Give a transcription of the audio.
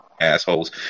Assholes